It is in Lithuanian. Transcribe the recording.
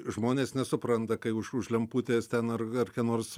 žmonės nesupranta kai už už lemputės ten ar dar ką nors